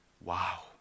Wow